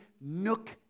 nook